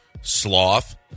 Sloth